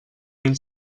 mil